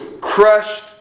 crushed